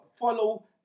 follow